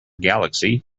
galaxy